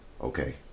Okay